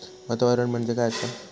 वातावरण म्हणजे काय असा?